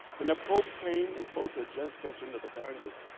when the pope came and spoke to jeff sessions of the congress,